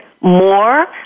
more